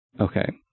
Okay